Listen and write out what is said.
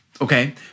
Okay